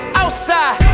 outside